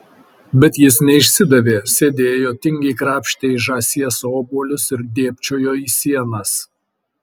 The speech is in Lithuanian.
bet jis neišsidavė sėdėjo tingiai krapštė iš žąsies obuolius ir dėbčiojo į sienas